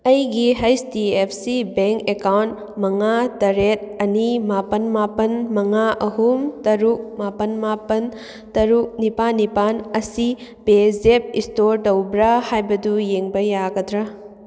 ꯑꯩꯒꯤ H D F C bank account ꯃꯉꯥ ꯇꯔꯦꯠ ꯑꯅꯤ ꯃꯥꯄꯜ ꯃꯥꯄꯜ ꯃꯉꯥ ꯑꯍꯨꯝ ꯇꯔꯨꯛ ꯃꯥꯄꯜ ꯃꯥꯄꯜ ꯇꯔꯨꯛ ꯅꯤꯄꯥꯜ ꯅꯤꯄꯥꯜ ꯑꯁꯤ ꯄꯦꯖꯦꯞ ꯏꯁꯇꯣꯔ ꯇꯧꯕ꯭ꯔꯥ ꯍꯥꯏꯕꯗꯨ ꯌꯥꯡꯕ ꯌꯥꯒꯗ꯭ꯔꯥ